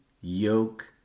yoke